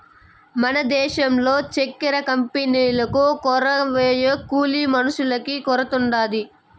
మన దేశంల చక్కెర కంపెనీకు కొరవేమో కూలి మనుషులకే కొరతుండాది